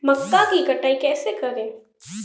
मक्का की कटाई कैसे करें?